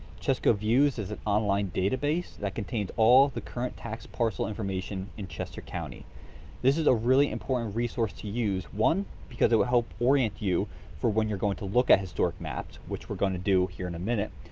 chescoviews is an online database that contains all the current tax parcel information in chester county this is a really important resource to use one because it will help orient you for when you're going to look at historic maps. which we're going to do here in a minute.